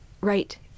Right